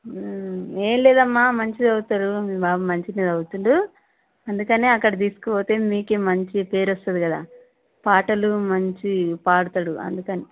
ఏమి లేదమ్మ మంచిగా చదువుతాడు మీ బాబు మంచిగా చదువుతాడు అందుకని అక్కడికి తీసుకుపోతే మీకుమంచి పేరు వస్తుంది కదా పాటలు మంచి పాడతాడు అందుకని